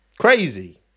Crazy